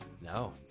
No